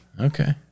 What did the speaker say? Okay